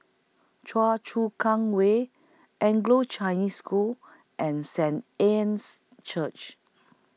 Choa Chu Kang Way Anglo Chinese School and Saint Anne's Church